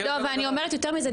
רגע, לא, אבל אני אומר יותר מזה.